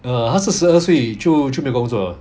uh 他四十二岁就就没有工作了